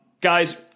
Guys